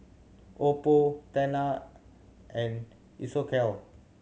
Oppo Tena and Isocal